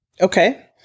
okay